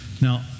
Now